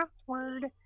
password